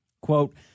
Quote